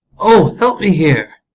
o, help me here!